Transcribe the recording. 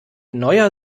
neuer